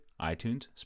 iTunes